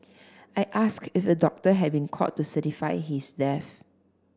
I asked if a doctor had been called to certify his death